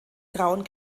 grauen